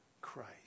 Christ